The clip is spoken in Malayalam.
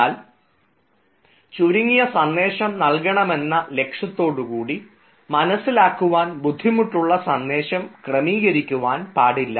എന്നാൽ ചുരുങ്ങിയ സന്ദേശം നൽകണമെന്ന ലക്ഷ്യത്തോടുകൂടി മനസ്സിലാക്കുവാൻ ബുദ്ധിമുട്ടുള്ള സന്ദേശം ക്രമീകരിക്കുവാൻ പാടില്ല